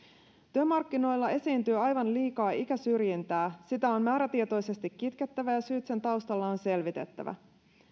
työmarkkinoilla esiintyy aivan liikaa ikäsyrjintää sitä on määrätietoisesti kitkettävä ja syyt sen taustalla on selvitettävä